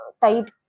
type